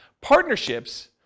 Partnerships